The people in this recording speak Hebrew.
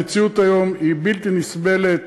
המציאות היום היא בלתי נסבלת,